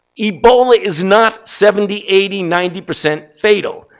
ebola is not seventy, eighty, ninety percent fatal.